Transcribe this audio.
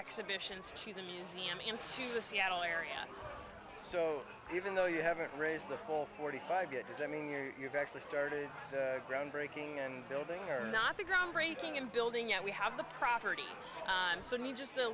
exhibitions she's a museum into the seattle area so even though you haven't raised the full forty five years i mean you're you've actually started a groundbreaking and building or not a groundbreaking and building yet we have the property on me just a